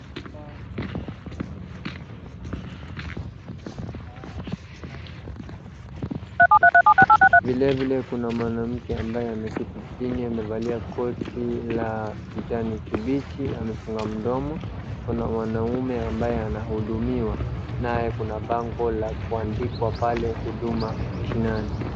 Hapa naona mama amevaa rasmi, vilevile kuna mwanamke ambaye ameketi chini amevalia koti la kijani kibichi amefunga mdomo, kuna mwanaume ambaye anahudumiwa, naye kuna bango la kuandikwa pale huduma mashinani.